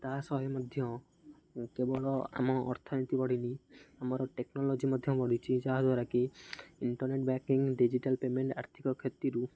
ତା'ସହ ମଧ୍ୟ କେବଳ ଆମ ଅର୍ଥନୀତି ବଢ଼ିନି ଆମର ଟେକ୍ନୋଲୋଜି ମଧ୍ୟ ବଢ଼ିଛିି ଯାହାଦ୍ୱାରାକିି ଇଣ୍ଟରନେଟ ବ୍ୟାଙ୍କିଂ ଡିଜିଟାଲ ପେମେଣ୍ଟ ଆର୍ଥିକ କ୍ଷତିରୁ